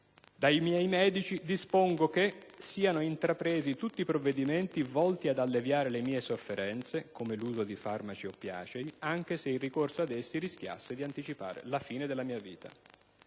dai medici, dispongo che siano intrapresi tutti i provvedimenti volti ad alleviare le mie sofferenze (come l'uso di farmaci oppiacei), anche se il ricorso ad essi rischiasse di anticipare la fine della mia vita.